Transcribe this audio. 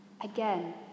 Again